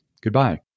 Goodbye